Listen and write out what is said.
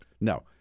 No